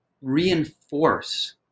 reinforce